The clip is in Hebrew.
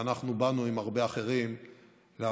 ואנחנו באנו עם הרבה אחרים להפגין.